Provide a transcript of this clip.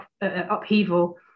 upheaval